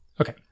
Okay